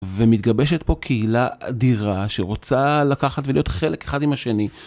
ומתגבשת פה קהילה אדירה שרוצה לקחת ולהיות חלק אחד עם השני.